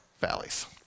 valleys